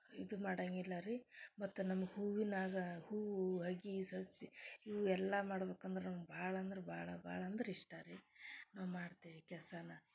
ಇದು ಮಾಡಂಗಿಲ್ಲ ರೀ ಮತ್ತು ನಮಗೆ ಹೂವಿನ್ಯಾಗ ಹೂವು ಅಗಿ ಸಸಿ ಇವು ಎಲ್ಲ ಮಾಡ್ಬೇಕಂದ್ರೆ ನಮ್ಗೆ ಭಾಳ ಅಂದ್ರೆ ಭಾಳ ಅಂದ್ರೆ ಇಷ್ಟ ರೀ ನಾವು ಮಾಡ್ತೀವಿ ಕೆಲಸನ